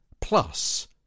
plus